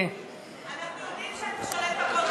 אנחנו יודעים שאתה שולט בכול,